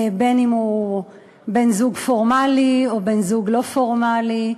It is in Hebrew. אם בן-זוג פורמלי או בן-זוג לא פורמלי.